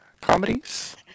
comedies